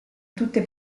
tutte